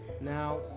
Now